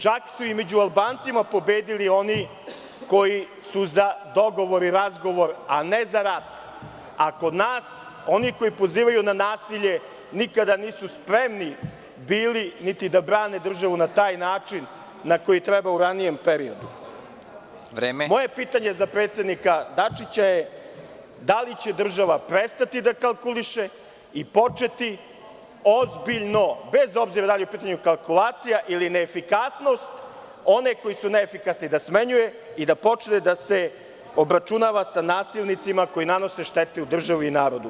Čak su i među Albancima pobedili oni koji su za dogovor i razgovor a ne za rat, a kod nas oni koji pozivaju na nasilje nikada nisu spremni bili niti da brane državu na taj način na koji trebalo u ranijem periodu. (Predsednik: Vreme.) Moje pitanje za predsednika Dačića je – da li će država prestati da kalkuliše i početi ozbiljno, bez obzira da li je upitanju kalkulacija ili neefikasnost, one koji su neefikasni da smenjuje i da počne da se obračunava sa nasilnicima koji nanose štetu državi i narodu?